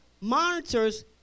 monitors